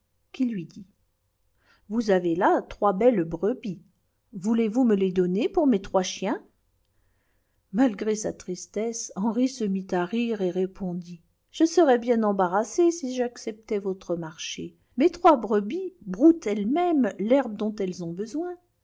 qui lui dit vous avez là trois belles brebis voulez-vous me les donner pour mes trois chiens malgré sa tristesse henri se mit à rire et répondit je serais bien embarrassé si j'acceptais votre marché mes trois brebis broutent elles-mêmes l'herbe dont elles ont besoin